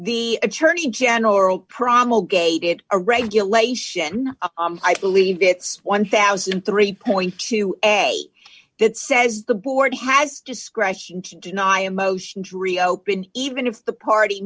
the attorney general promulgated a regulation i believe it's one thousand and three point two a that says the board has discretion to deny emotions reopen even if the party